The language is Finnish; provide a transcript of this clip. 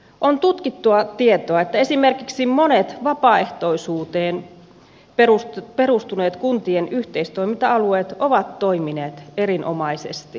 on tutkittua tietoa että esimerkiksi monet vapaaehtoisuuteen perustuneet kuntien yhteistoiminta alueet ovat toimineet erinomaisesti